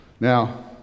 Now